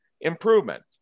improvement